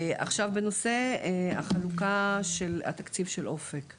עכשיו, בנושא החלוקה של התקציב של "אופק ישראל",